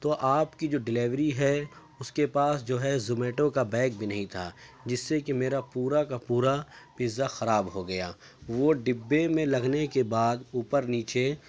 تو آپ کی جو ڈیلیوری ہے اس کے پاس جو ہے زومیٹو کا بیگ بھی نہیں تھا جس سے کہ میرا پورا کا پورا پیتزا خراب ہو گیا وہ ڈبے میں لگنے کے بعد اوپر نیچے